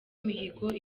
mihigo